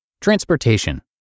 Transportation